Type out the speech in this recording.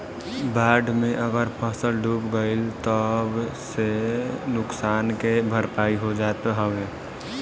बाढ़ में अगर फसल डूब गइल तअ सब नुकसान के भरपाई हो जात हवे